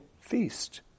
feast